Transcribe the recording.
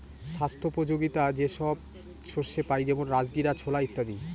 স্বাস্থ্যোপযোগীতা যে সব শস্যে পাই যেমন রাজগীরা, ছোলা ইত্যাদি